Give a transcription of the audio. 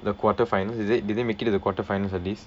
the quarter finals is it did they make it at the quarter final for this